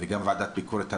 וגם ועדת ביקורת המדינה,